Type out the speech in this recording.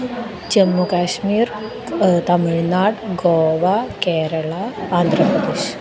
जम्मुकाश्मीर् तमिळ्नाड् घोवा केरळा आन्द्रप्रदेशः